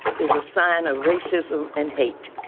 is a sign of racism and hate.